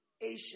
Asia